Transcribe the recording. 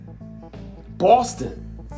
Boston